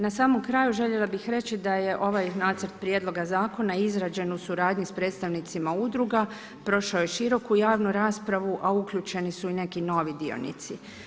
Na samom kraju željela bih reći da je ovaj nacrt prijedloga zakona izrađen u suradnji s predstavnicima udruga, prošao je široku javnu raspravu, a uključeni su i neki novi dionici.